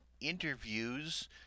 interviews